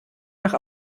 nach